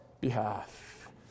behalf